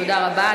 תודה רבה.